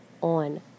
on